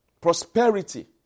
prosperity